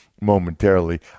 momentarily